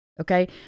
Okay